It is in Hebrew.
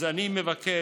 אז אני מבקש,